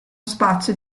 spazio